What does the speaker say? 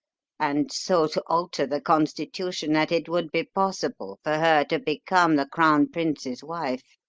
and so to alter the constitution that it would be possible for her to become the crown prince's wife.